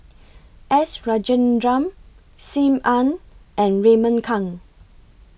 S Rajendran SIM Ann and Raymond Kang